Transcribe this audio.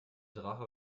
drache